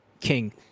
King